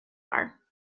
are